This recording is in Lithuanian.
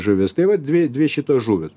žuvis tai vat dvi dvi šitos žuvys